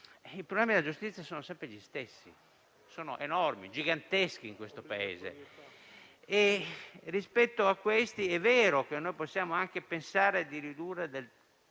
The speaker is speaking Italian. assolutamente politico, sono sempre gli stessi sono enormi, giganteschi, in questo Paese. Rispetto a questi, è vero che possiamo anche pensare di ridurre del